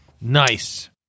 Nice